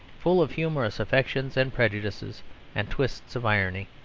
full of humorous affections and prejudices and twists of irony.